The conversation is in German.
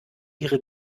ihre